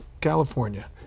California